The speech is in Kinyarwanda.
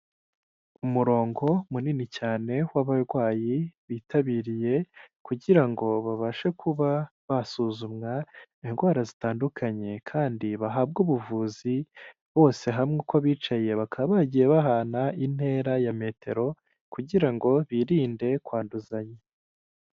Umurongo munini cyane w'abarwayi bitabiriye, kugira ngo babashe kuba basuzumwa indwara zitandukanye, kandi bahabwe ubuvuzi, bose hamwe uko bicaye bakaba bagiye bahana intera ya metero, kugira ngo birinde kwanduzanya.